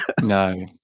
No